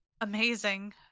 amazing